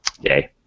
yay